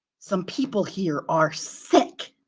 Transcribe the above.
some people here are sick.